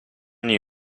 new